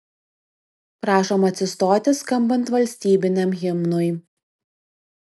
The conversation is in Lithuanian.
prašom atsistoti skambant valstybiniam himnui